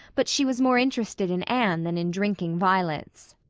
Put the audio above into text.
but she was more interested in anne than in drinking violets.